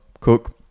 cook